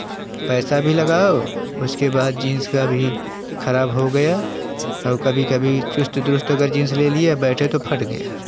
पैसा भी लगाओ उसके बाद जीन्स का भी ख़राब हो गया और कभी कभी चुस्त दुरुस्त अगर जीन्स ले लिए बैठे तो फट गया